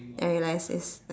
and realized it's